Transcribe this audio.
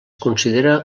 considera